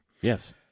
Yes